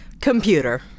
Computer